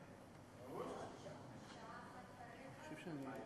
שליחויות ארוכות מדי ומצב שבו אנשים ישבו בחו"ל עשר ו-15 שנה,